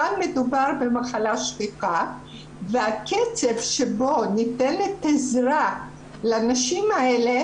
כאן מדובר במחלה שכיחה והקצב שבו ניתנת עזרה לנשים האלה,